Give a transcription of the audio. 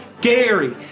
Gary